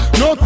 no